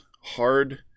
hard